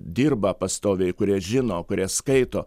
dirba pastoviai kurie žino kurie skaito